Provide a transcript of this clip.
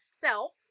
self